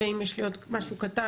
ואם יש לי עוד משהו קטן,